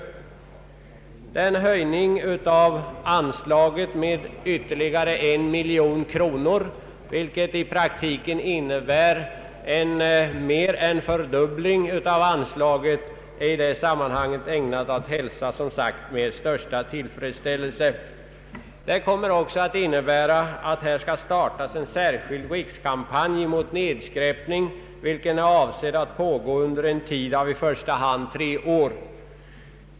En höjning av anslaget med en miljon kronor, vilket i praktiken innebär mer än en fördubbling av beloppet, är i det sammanhanget ägnat att hälsas med största tillfredsställelse. Det höjda anslaget medför att en särskild rikskampanj mot nedskräpning startas, och den är avsedd att pågå under en tid av i första hand tre år.